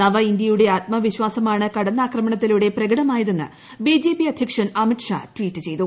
നവ ഇന്ത്യയുടെ ആത്മവിശ്വാസമാണ് കടന്നാക്രമണത്തിലൂടെ പ്രകടമായതെന്ന് ബി ജെ പി അധ്യക്ഷൻ അമിത് ഷാ ട്വീറ്റ് ചെയ്തു